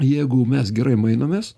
jeigu mes gerai mainomės